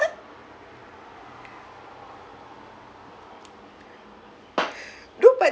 no but